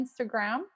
Instagram